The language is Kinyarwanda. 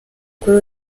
kuri